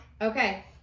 Okay